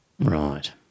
Right